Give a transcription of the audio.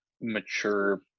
mature